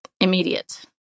immediate